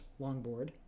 longboard